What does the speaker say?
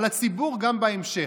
על הציבור גם בהמשך.